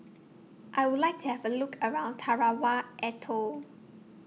I Would like to Have A Look around Tarawa Atoll